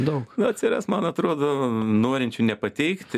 daug atsiras man atrodo norinčių nepateikti